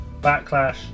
Backlash